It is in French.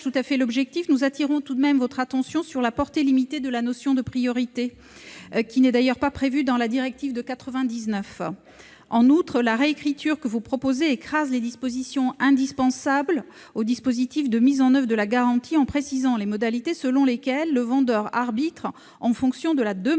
de ces amendements, nous attirons toutefois leur attention sur la portée limitée de la notion de priorité, qui n'est d'ailleurs pas prévue dans la directive de 1999. En outre, la rédaction proposée écrase des dispositions indispensables à la mise en oeuvre de la garantie, en précisant les modalités selon lesquelles le vendeur arbitre en fonction de la demande